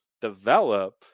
develop